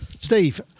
Steve